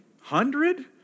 Hundred